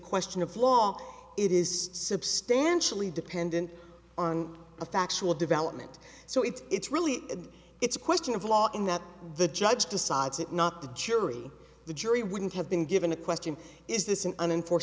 question of law it is substantially dependent on a factual development so it's it's really it's a question of law in that the judge decides it not the jury the jury wouldn't have been given a question is this an unenfor